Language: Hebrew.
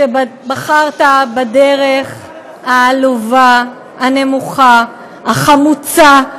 שבחרת בדרך העלובה, הנמוכה, החמוצה,